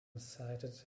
cited